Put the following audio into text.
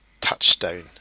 touchstone